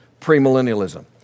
premillennialism